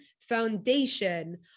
foundation